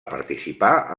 participar